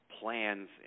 plans